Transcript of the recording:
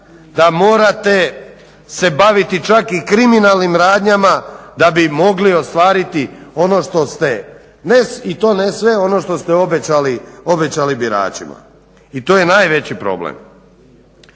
da morate se baviti čak i kriminalnim radnjama da bi mogli ostvariti ono što ste i to ne sve ono što ste obećali biračima i to je najveći problem.